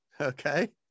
okay